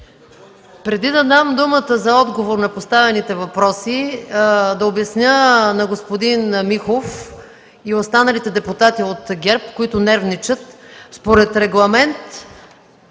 Преди да дам думата за отговор на поставените въпроси, да обясня на господин Михов и на останалите депутати от ГЕРБ, които нервничат, според регламент,